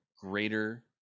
greater